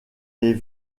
les